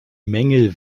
mängel